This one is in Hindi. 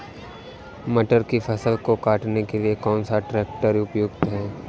मटर की फसल को काटने के लिए कौन सा ट्रैक्टर उपयुक्त है?